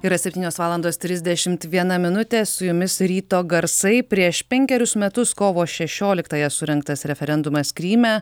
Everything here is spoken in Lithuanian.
yra septynios valandos trisdešim viena minutė su jumis ryto garsai prieš penkerius metus kovo šešioliktąją surengtas referendumas kryme